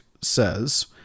says